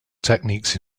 techniques